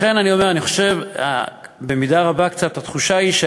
לכן, במידה רבה התחושה היא של